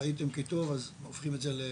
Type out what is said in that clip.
ראיתים כי טוב, אז הופכים את זה לחקיקה?